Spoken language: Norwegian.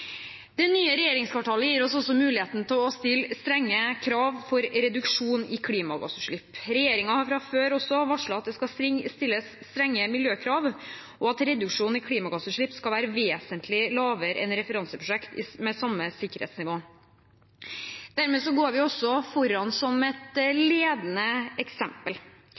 Det nye regjeringskvartalet gir oss også muligheten til å stille strenge krav når det gjelder reduksjon i klimagassutslipp. Regjeringen har fra før varslet at det skal stilles strenge miljøkrav, og at klimagassutslippet skal være vesentlig lavere enn i et referanseprosjekt med samme sikkerhetsnivå. Dermed går vi også foran som et ledende eksempel.